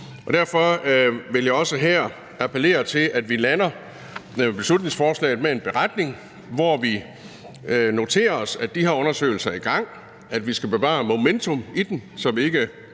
Derfor vil jeg også her appellere til, at vi lander beslutningsforslaget med en beretning, hvor vi noterer os, at de her undersøgelser er i gang, at vi skal bevare et momentum i dem, så vi ikke